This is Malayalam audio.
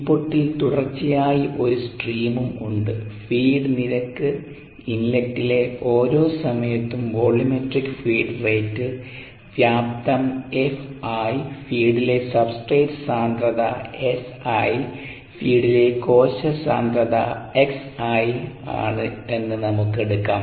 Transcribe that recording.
ഇൻപുട്ടിൽ തുടർച്ചയായി ഒരു സ്ട്രീമും ഉണ്ട് ഫീഡ് നിരക്ക് ഇൻലെറ്റിലെ ഓരോ സമയത്തും വോള്യൂമെട്രിക് ഫീഡ് റേറ്റ് വ്യാപ്തം Fi ഫീഡിലെ സബ്സ്ട്രേറ്റ് സാന്ദ്രത S i ഫീഡിലെ കോശ സാന്ദ്രത xi ആണ് എന്ന് നമുക്ക് എടുക്കാം